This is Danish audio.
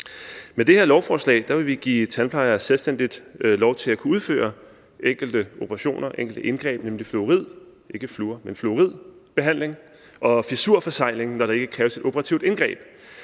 Med det her lovforslag vil vi give tandplejere selvstændigt lov til at kunne udføre enkelte operationer, enkelte indgreb, nemlig fluoridbehandling – altså ikke fluorbehandling,